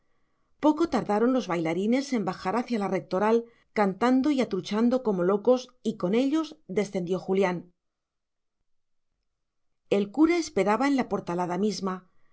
poco tardaron los bailarines en bajar hacia la rectoral cantando y atruxando como locos y con ellos descendió julián el cura esperaba en la portalada misma